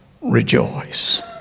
rejoice